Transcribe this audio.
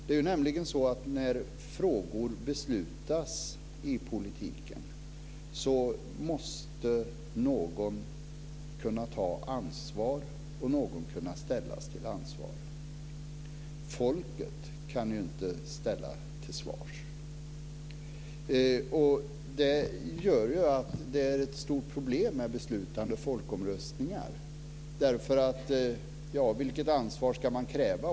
Det är nämligen så att när frågor beslutas i politiken måste någon kunna ta ansvar och ställas till ansvar. Folket kan ju inte ställas till svars. Det gör att det är ett stort problem med beslutande folkomröstningar. Vilket ansvar ska man kräva?